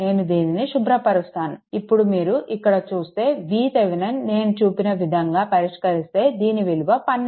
నేను దీనిని శుభ్రపరుష్టాను ఇప్పుడు మీరు ఇక్కడ చూస్తే VThevenin నేను చూపిన విధంగా పరిష్కరిస్తే దీని విలువ 12 వోల్ట్లు